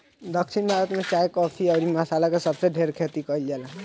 दक्षिण भारत में चाय, काफी अउरी मसाला के सबसे ढेर खेती कईल जाला